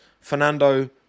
fernando